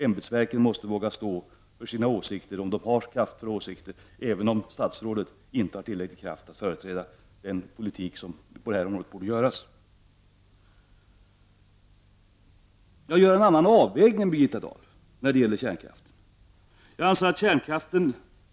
Ämbetsverken måste våga stå för sina åsikter, om de har så kraftfulla åsikter, även om statsrådet inte har tillräcklig kraft att företräda den politik som på det här området borde föras. Jag gör en annan avvägning än Birgitta Dahl när det gäller kärnkraften.